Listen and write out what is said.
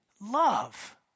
Love